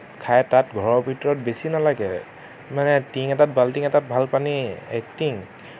খাই তাত বেছি নালাগে মানে টিং এটাত বাল্টিং এটাত ভাল পানী এটিং